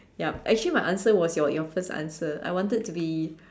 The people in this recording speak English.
yup actually my answer was your your first answer I wanted to be